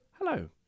Hello